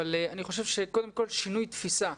אני חושב שקודם כל שינוי תפיסה.